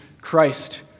Christ